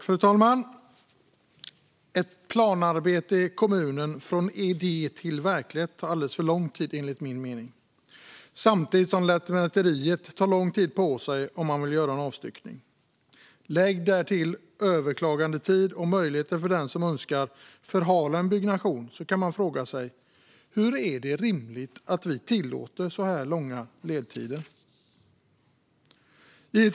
Fru talman! Ett planarbete i kommunen från idé till verklighet tar enligt min mening alldeles för lång tid samtidigt som Lantmäteriet tar lång tid på sig att göra avstyckningar. Lägg därtill överklagandetiden, som är en möjlighet för den som önskar förhala en byggnation. Man kan fråga sig om det är rimligt att vi tillåter så långa ledtider.